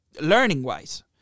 learning-wise